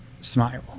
Smile